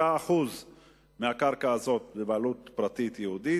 ועוד 3% מהקרקע הזאת בבעלות פרטית יהודית,